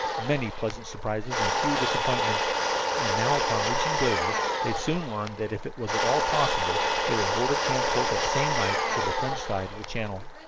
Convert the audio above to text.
many pleasant surprises and few disappointments and now, upon reaching dover, they soon learned that if it was at all possible they would board a transport that same night for the french side of the channel.